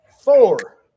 four